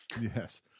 Yes